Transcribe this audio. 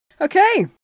Okay